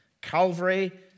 Calvary